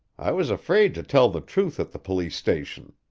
i was afraid to tell the truth at the police station.